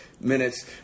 minutes